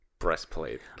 Breastplate